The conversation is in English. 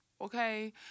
okay